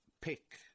pick